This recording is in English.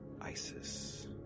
Isis